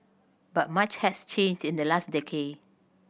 but much has changed in the last decade